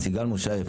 סיגל משהיוף,